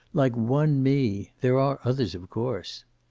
like one me. there are others, of course.